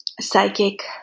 psychic